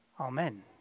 Amen